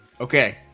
Okay